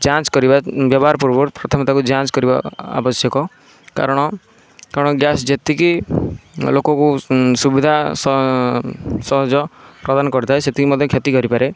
ଯାଞ୍ଚ କରିବା ବ୍ୟବହାର ପୂର୍ବରୁ ପ୍ରଥମେ ତାକୁ ଯାଞ୍ଚ କରିବା ଆବଶ୍ୟକ କାରଣ କାରଣ ଗ୍ୟାସ୍ ଯେତିକି ଲୋକଙ୍କୁ ସୁବିଧା ସହଜ ପ୍ରଦାନ କରିଥାଏ ସେତିକି ମଧ୍ୟ କ୍ଷତି କରିପାରେ